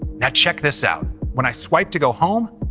now, check this out. when i swipe to go home,